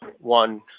one